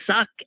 suck